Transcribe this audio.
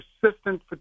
persistent